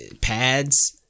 pads